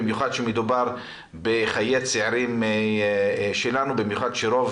במיוחד כשמדובר בחיי צעירים שלנו ובמיוחד שרוב